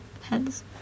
heads